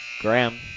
Graham